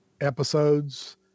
episodes